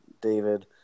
David